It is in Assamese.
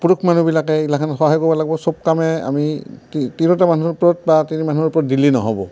পুৰুষ মানুহবিলাকে এইগিলাখেন সহায় কৰিব লাগিব চব কামে আমি কি তিৰোতা মানুহৰ ওপৰত বা তিৰী মানুহৰ ওপৰত দিলেই নহ'ব